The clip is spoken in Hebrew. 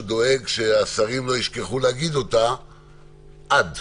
דואג שהשרים לא ישכחו להגיד אותה "עד".